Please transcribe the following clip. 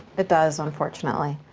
it does, unfortunately.